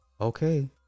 Okay